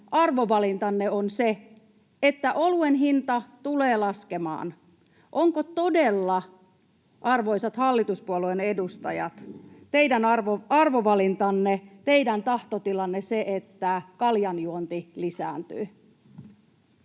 arvovalintanne on se, että oluen hinta tulee laskemaan. Onko todella, arvoisat hallituspuolueiden edustajat, teidän arvovalintanne ja teidän tahtotilanne se, että kaljanjuonti lisääntyy?